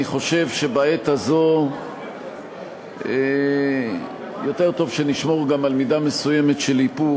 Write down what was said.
אני חושב שבעת הזאת יותר טוב שנשמור גם על מידה מסוימת של איפוק.